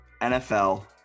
NFL